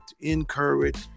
encourage